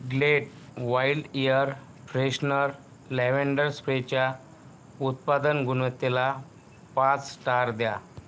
ग्लेड wild air freshener lavender स्प्रेच्या उत्पादन गुणवत्तेला पाच स्टार द्या